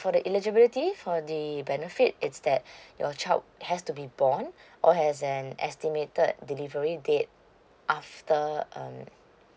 for the eligibility for the benefit it's that your child has to be born or has an estimated delivery date after um